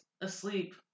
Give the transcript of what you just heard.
asleep